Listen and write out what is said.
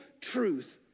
truth